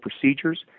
procedures